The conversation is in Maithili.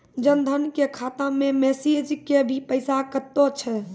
जन धन के खाता मैं मैसेज के भी पैसा कतो छ?